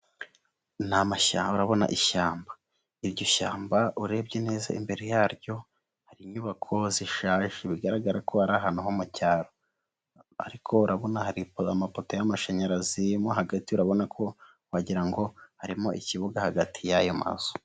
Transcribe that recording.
Ni amashyamba urabona ishyamba, iryo shyamba urebye neza imbere yaryo hari inyubako bigaragara ko ari ahantu ho mu cyaro, ariko urabona hari amapoto y'amashanyarazi mo hagati urabona ko wagira ngo harimo ikibuga hagati y'ayo mazu.